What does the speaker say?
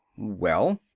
well?